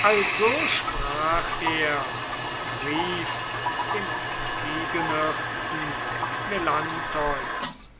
also sprach er und rief dem ziegenhirten melantheus